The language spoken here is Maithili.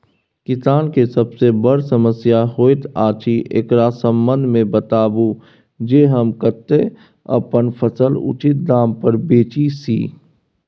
किसान के सबसे बर समस्या होयत अछि, एकरा संबंध मे बताबू जे हम कत्ते अपन फसल उचित दाम पर बेच सी?